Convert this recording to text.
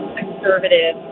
conservative